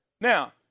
Now